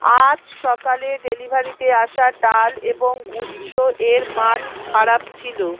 আজ সকালে ডেলিভারিতে আসা ডাল এবং গুচ্ছ এর মান খারাপ ছিল